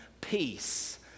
Peace